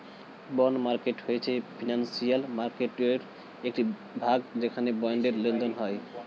bond market হয়েছে financial মার্কেটয়ের একটি ভাগ যেখানে বন্ডের লেনদেন হয়